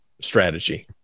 strategy